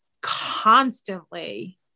constantly